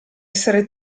essere